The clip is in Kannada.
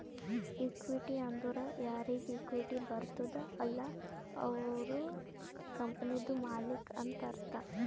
ಇಕ್ವಿಟಿ ಅಂದುರ್ ಯಾರಿಗ್ ಇಕ್ವಿಟಿ ಬರ್ತುದ ಅಲ್ಲ ಅವ್ರು ಕಂಪನಿದು ಮಾಲ್ಲಿಕ್ ಅಂತ್ ಅರ್ಥ